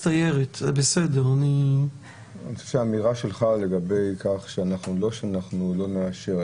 אני חושב שהאמירה שלך לגבי כך שזה לא שאנחנו לא נאשר,